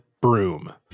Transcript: broom